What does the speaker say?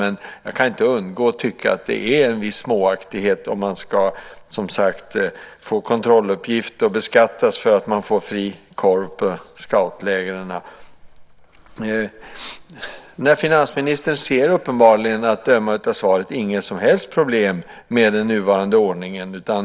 Men jag kan inte undgå att tycka att det är en viss småaktighet om man som sagt ska få lämna kontrolluppgift och beskattas för att man får fri korv på scoutlägren. Men finansministern ser uppenbarligen inte, att döma av svaret, något som helst problem med den nuvarande ordningen.